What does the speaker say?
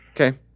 Okay